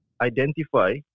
identify